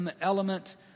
element